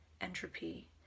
entropy